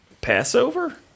Passover